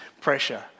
pressure